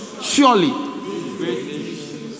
surely